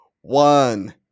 one